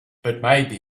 butmaybe